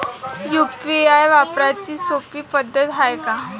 UPI वापराची सोपी पद्धत हाय का?